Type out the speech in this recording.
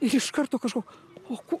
ir iš karto kažko o ko